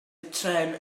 trên